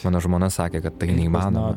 mano žmona sakė kad tai neįmanoma